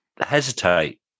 hesitate